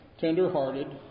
tender-hearted